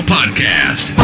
Podcast